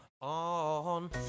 on